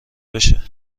بشه